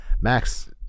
Max